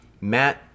Matt